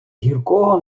гіркого